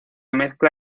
mezcla